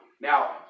Now